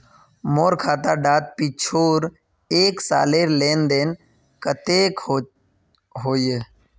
मोर खाता डात पिछुर एक सालेर लेन देन कतेक होइए?